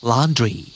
Laundry